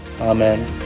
amen